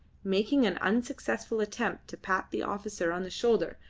making an unsuccessful attempt to pat the officer on the shoulder,